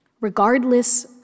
Regardless